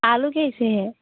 आलू कैसी है